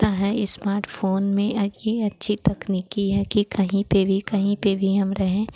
ता है इस्माटफ़ोन में अब यह अच्छी तकनीक है कि कहीं पर भी कहीं पर भी हम रहें